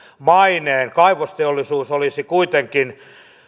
maineen kaivosteollisuus olisi kuitenkin